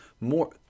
more